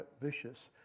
vicious